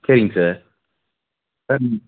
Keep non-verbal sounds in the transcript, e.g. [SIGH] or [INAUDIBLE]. சேரிங்க சார் [UNINTELLIGIBLE]